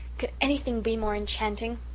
could anything be more enchanting?